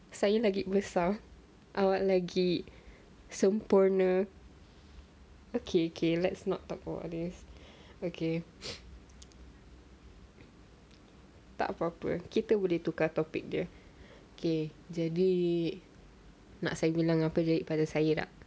saya lagi besar awak lagi sempurna okay K let's not talk about this okay tak proper kita boleh tukar topik dia K jadi nak saya bilang apa jadi pada saya dah